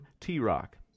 T-Rock